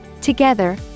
Together